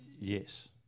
yes